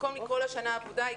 במקום לקרוא לה שנה אבודה,